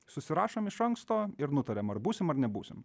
susirašom iš anksto ir nutariam ar būsim ar nebūsim